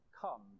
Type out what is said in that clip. come